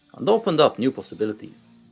and opened up new possibilities.